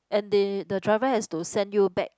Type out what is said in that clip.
and they the driver has to send you back